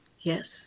Yes